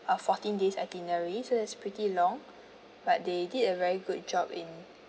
a fourteen days itineraries so that's pretty long but they did a very good job in